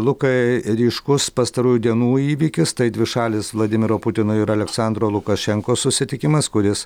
lukai ryškus pastarųjų dienų įvykis tai dvišalis vladimiro putino ir aleksandro lukašenkos susitikimas kuris